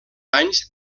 anys